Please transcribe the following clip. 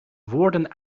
woorden